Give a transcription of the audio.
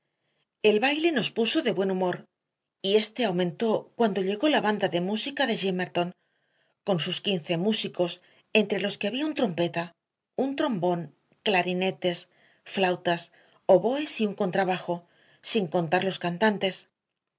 el baile nos puso de buen humor y éste aumentó cuando llegó la banda de música de gimmerton con sus quince músicos entre los que había un trompeta un trombón clarinetes flautas oboes y un contrabajo sin contar los cantantes